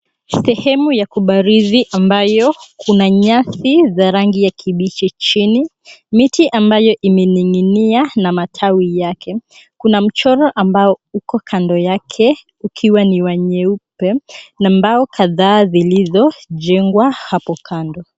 Sehemu ya kubarizi ambayo kuna nyasi za rangi ya kibichi chini, miti ambayo imening'inia na matawi yake. Kuna mchoro ambao uko kando yake ukiwa ni wa nyeupe na mbao kadhaa zilizojengwa hapo kando.